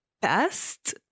best